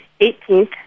18th